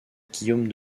guillaume